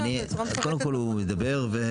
שניה.